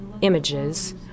images